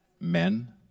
Men